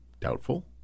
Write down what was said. doubtful